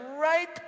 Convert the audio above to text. right